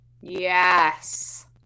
Yes